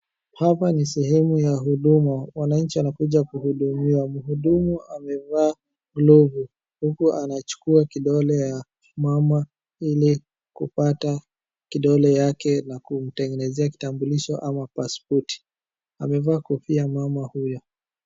Hapa ni sehemu ya huduma. Wananchi wanakuja kuhudumiwa. Mhudumu amevaa glovu, huku anachukua kidole ya mama ili kupata kidole yake na kumtengenezea kitambulisho ama pasipoti. Amevaa kofia mama huyo.